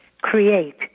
Create